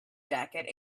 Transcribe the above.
jacket